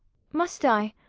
must i a?